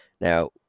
Now